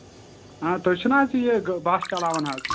آ تُہۍ چھِو نا اتہِ یہِ بس چلاوان حظ